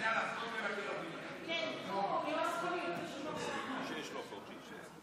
הגנה על חושפי שחיתויות במשטרת ישראל),